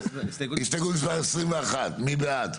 אז הסתייגות מספר 21. הסתייגות מספר 21 מי בעד?